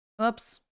Oops